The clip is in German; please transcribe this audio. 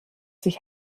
sich